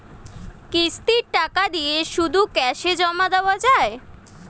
কিস্তির টাকা দিয়ে শুধু ক্যাসে জমা দেওয়া যায়?